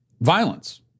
violence